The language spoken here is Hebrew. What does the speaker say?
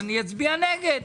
אז אני אצביע נגד.